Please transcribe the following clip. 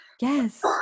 Yes